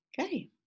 Okay